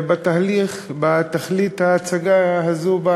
ותכלית ההצגה הזאת,